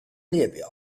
列表